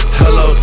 hello